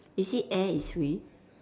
you see air is free